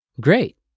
Great